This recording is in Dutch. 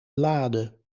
lade